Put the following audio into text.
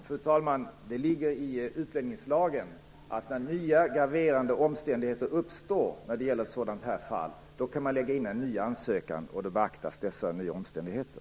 Fru talman! Det ligger i utlänningslagen att man kan komma in med en ny ansökan när nya graverande omständigheter uppstår i sådana här fall, och då beaktas dessa nya omständigheter.